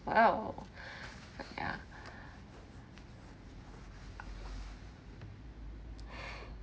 !wow! ya